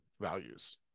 values